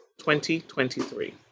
2023